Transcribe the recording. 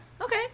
Okay